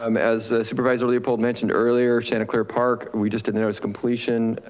um as supervisor leopold mentioned earlier, chanticleer park, we just did announced completion.